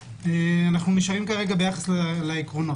אנו נשארים כרגע ביחס לעקרונות.